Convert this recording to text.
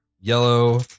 yellow